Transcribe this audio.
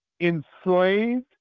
Enslaved